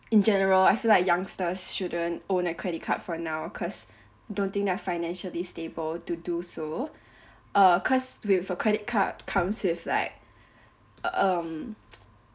in general I feel like youngsters shouldn't own a credit card for now cause don't think they're financially stable to do so uh cause with a credit card comes with like um